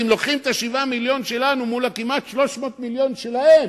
אם לוקחים את 7 המיליונים שלנו מול כמעט 300 מיליון שלהם,